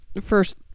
first